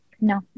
No